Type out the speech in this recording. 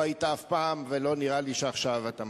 לא היית אף פעם, ולא נראה לי שעכשיו אתה מתחיל.